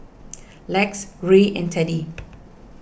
Lex Ray and Teddy